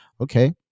Okay